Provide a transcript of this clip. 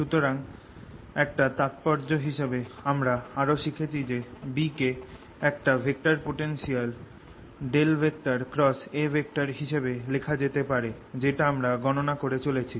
সুতরাং একটা তাৎপর্য হিসাবে আমরা আরও শিখেছি যে B কে একটা ভেক্টর পোটেনশিয়াল A হিসাবে লেখা যেতে পারে যেটা আমরা গণনা করে চলেছি